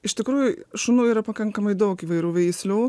iš tikrųjų šunų yra pakankamai daug įvairių veislių